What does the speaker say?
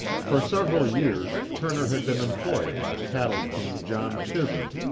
for several years, turner had been employed by cattle king john chisum,